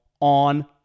on